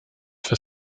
for